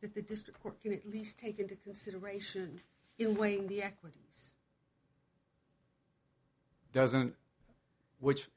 that the district court can at least take into consideration in weighing the equities doesn't which